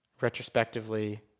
retrospectively